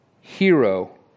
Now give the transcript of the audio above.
hero